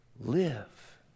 live